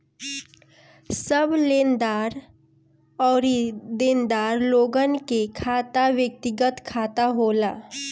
सब लेनदार अउरी देनदार लोगन के खाता व्यक्तिगत खाता होला